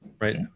right